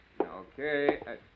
okay